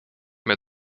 mehr